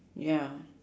ya